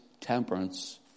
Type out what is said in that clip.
temperance